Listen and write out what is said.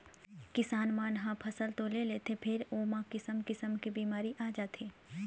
किसान मन ह फसल तो ले लेथे फेर ओमा किसम किसम के बिमारी आ जाथे